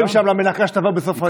משאירים שם למנקה שתבוא בסוף היום.